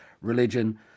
religion